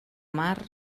mar